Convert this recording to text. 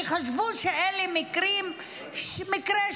כי חשבו שאלה מקרי שוליים,